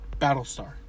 Battlestar